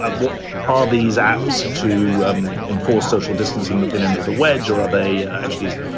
ah what are these apps to um enforce social distancing the thin end of the wedge? or are they actually.